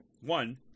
One